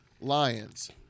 Lions